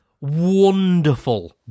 wonderful